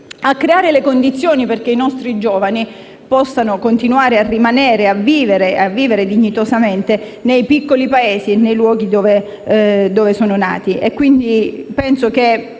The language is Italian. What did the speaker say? a creare le condizioni perché i nostri giovani possano continuare a vivere dignitosamente nei piccoli paesi e nei luoghi dove sono nati.